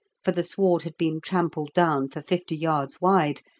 for the sward had been trampled down for fifty yards wide,